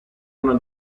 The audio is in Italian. una